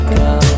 go